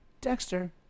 Dexter